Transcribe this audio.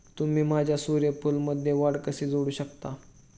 तुम्ही माझ्या सूर्यफूलमध्ये वाढ कसे जोडू शकता?